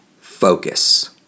focus